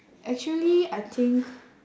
actually I think